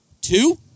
two